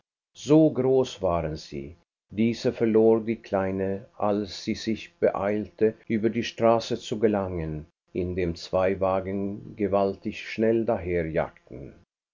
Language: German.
so groß waren sie diese verlor die kleine als sie sich beeilte über die straße zu gelangen indem zwei wagen gewaltig schnell daher